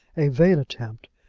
a vain attempt,